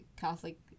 catholic